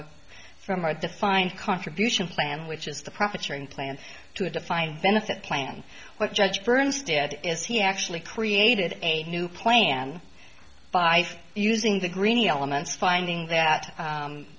a from our defined contribution plan which is the profit sharing plan to a defined benefit plan what judge burns did is he actually created a new plan by using the green elements finding that